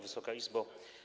Wysoka Izbo!